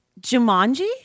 Jumanji